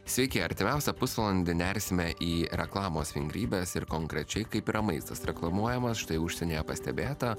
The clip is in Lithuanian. sveiki artimiausią pusvalandį nersime į reklamos vingrybes ir konkrečiai kaip yra maistas reklamuojamas štai užsienyje pastebėta